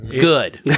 Good